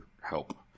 help